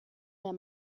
der